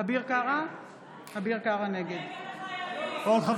(קוראת בשם חבר